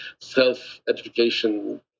self-education